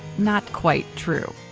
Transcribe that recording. not quite true.